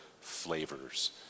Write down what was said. flavors